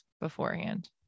beforehand